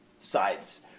sides